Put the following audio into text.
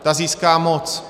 Ta získá moc.